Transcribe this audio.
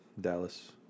Dallas